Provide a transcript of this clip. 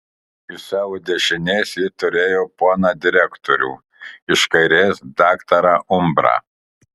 iš savo dešinės ji turėjo poną direktorių iš kairės daktarą umbrą